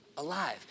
alive